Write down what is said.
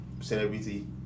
celebrity